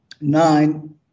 nine